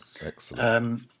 Excellent